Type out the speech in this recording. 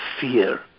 fear